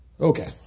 okay